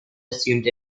assumed